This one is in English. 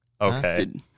okay